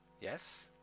Yes